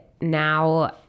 now